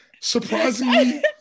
surprisingly